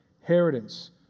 inheritance